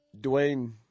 Dwayne